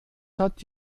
hat